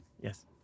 Yes